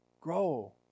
grow